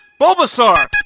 Bulbasaur